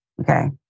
Okay